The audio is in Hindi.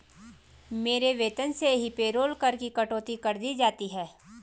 मेरे वेतन से ही पेरोल कर की कटौती कर दी जाती है